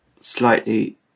slightly